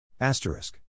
Asterisk